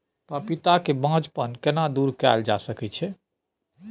पपीता के बांझपन केना दूर कैल जा सकै ये?